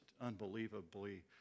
unbelievably